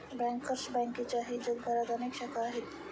bankers बँकेच्याही जगभरात अनेक शाखा आहेत